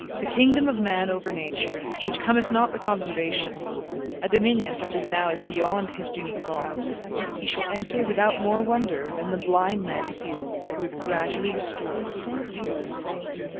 the kingdom of man over nature, which cometh not with observation a dominion such as now is beyond his dream of god he shall enter without more wonder than the blind man feels who is gradually restored to perfect sight